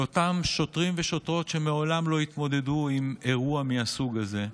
לאותם שוטרים ושוטרות שמעולם לא התמודדו עם אירוע מהסוג הזה,